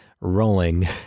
rolling